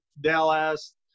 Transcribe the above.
Dallas